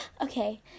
Okay